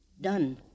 Done